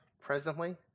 presently